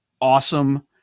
awesome